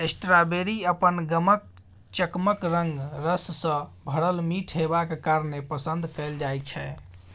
strawberry अपन गमक, चकमक रंग, रस सँ भरल मीठ हेबाक कारणेँ पसंद कएल जाइ छै